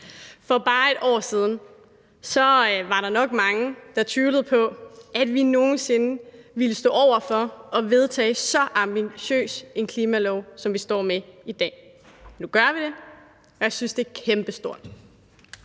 For bare et år siden var der nok mange, der tvivlede på, at vi nogen sinde ville stå over for at vedtage så ambitiøs en klimalov, som vi står med i dag. Nu gør vi det, og jeg synes, det er kæmpestort.